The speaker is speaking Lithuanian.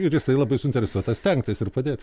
ir jisai labai suinteresuotas stengtis ir padėti